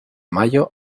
mayo